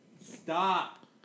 Stop